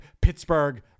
Pittsburgh